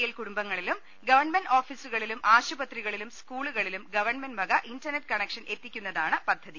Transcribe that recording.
L കുടുംബങ്ങളിലും government ഓഫീ സുകളിലും ആശുപത്രികളിലും സ്കൂളുകളിലും ഗവൺമെന്റ് വക ഇന്റർനെറ്റ് കണക്ഷൻ എത്തിക്കുന്നതാണ് പദ്ധതി